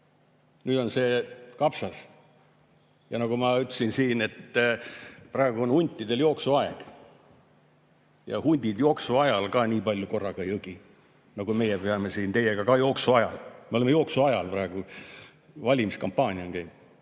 Nüüd on see kapsas. Ja nagu ma ütlesin siin, praegu on huntidel jooksuaeg ja hundid jooksuajal ka nii palju korraga ei õgi, nagu meie peame siin teiega ... Ka jooksuajal. Me oleme jooksuajal praegu, valimiskampaania on.